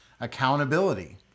accountability